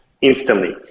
instantly